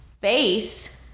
face